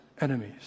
enemies